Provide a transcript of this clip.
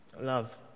Love